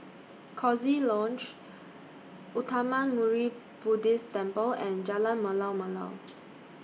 Coziee Lodge Uttamayanmuni Buddhist Temple and Jalan Malu Malu